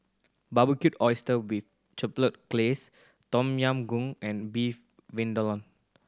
Barbecued Oyster with Chipotle Glaze Tom Yam Goong and Beef Vindaloo